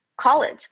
college